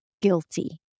guilty